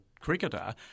cricketer